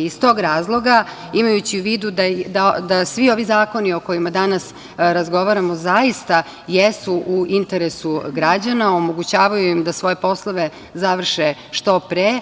Iz tog razloga, imajući u vidu da svi ovi zakoni o kojima danas razgovaramo zaista jesu u interesu građana, omogućavaju im da svoje poslove završe što pre,